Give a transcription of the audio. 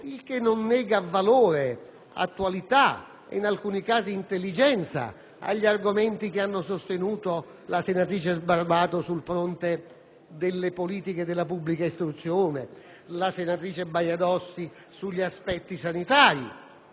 Ciò non nega valore, attualità, e in alcuni casi intelligenza, agli argomenti che hanno sostenuto la senatrice Sbarbati sul fronte delle politiche della pubblica istruzione o la senatrice Baio sugli aspetti sanitari.